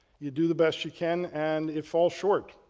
you do the best you can and it falls short,